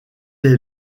est